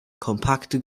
kompakte